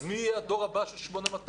אז מי יהיה הדור הבא של 8200?